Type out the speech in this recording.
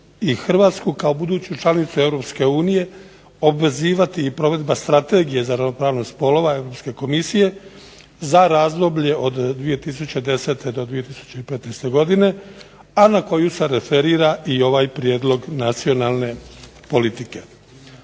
HRvatsku kao buduću članicu EU obvezivati provedba Strategije za ravnopravnost spolova Europske komisije za razdoblje od 2010. do 2015. godine, a na koju se referira i ovaj prijedlog nacionalne politike.